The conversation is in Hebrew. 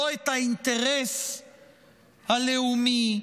לא את האינטרס הלאומי,